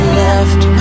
left